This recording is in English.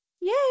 Yay